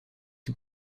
die